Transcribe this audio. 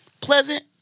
pleasant